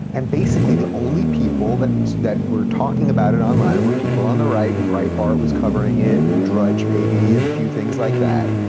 and basically the only people that that were talking about it online were people on the right, and breitbart was covering it, and drudge maybe, and a few things like that,